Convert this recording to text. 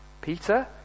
Peter